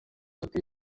ati